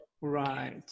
Right